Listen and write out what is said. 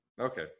Okay